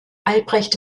albrecht